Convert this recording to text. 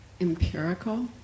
empirical